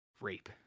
rape